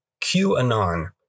QAnon